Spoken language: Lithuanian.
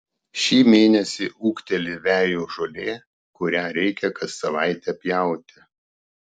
šį mėnesį ūgteli vejų žolė kurią reikia kas savaitę pjauti